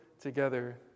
together